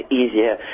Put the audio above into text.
easier